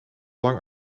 lang